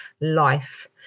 life